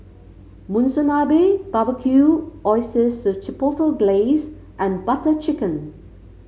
Monsunabe Barbecued Oysters Chipotle Glaze and Butter Chicken